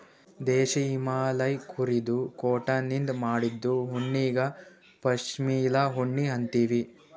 ದೇಶೀ ಹಿಮಾಲಯ್ ಕುರಿದು ಕೋಟನಿಂದ್ ಮಾಡಿದ್ದು ಉಣ್ಣಿಗಾ ಪಶ್ಮಿನಾ ಉಣ್ಣಿ ಅಂತೀವಿ